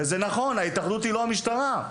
זה נכון, ההתאחדות היא לא המשטרה.